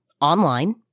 online